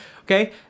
okay